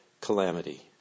calamity